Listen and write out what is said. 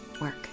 Work